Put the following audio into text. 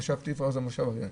מושב תפרח זה המושב הכי חלש.